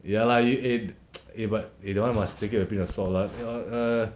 ya lah you eh eh but eh that [one] must take it with a pinch of salt lah err